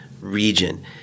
region